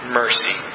mercy